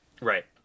Right